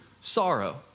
sorrow